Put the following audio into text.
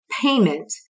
payment